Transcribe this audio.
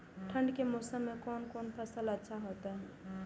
ठंड के मौसम में कोन कोन फसल अच्छा होते?